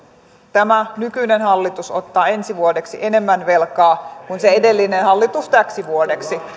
tämä nykyinen hallitus ottaa ensi vuodeksi enemmän velkaa kuin se edellinen hallitus täksi vuodeksi